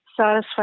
satisfied